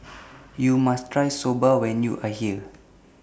YOU must Try Soba when YOU Are here